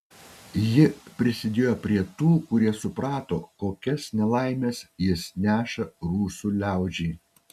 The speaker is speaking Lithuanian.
ji prisidėjo prie tų kurie suprato kokias nelaimes jis neša rusų liaudžiai